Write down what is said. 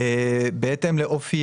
בהתאם לאופי